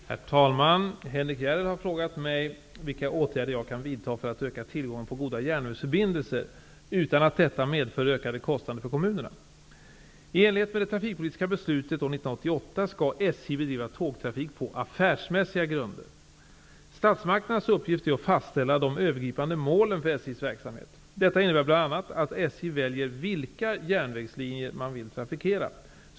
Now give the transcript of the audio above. Herr talman! Henrik S Järrel har frågat mig vilka åtgärder jag kan vidta för att öka tillgången på goda järnvägsförbindelser, utan att detta medför ökade kostnader för kommunerna. Statsmakternas uppgift är att fastställa de övergripande målen för SJ:s verksamhet. Detta innebär bl.a. att SJ väljer vilka järnvägslinjer man vill trafikera.